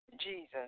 Jesus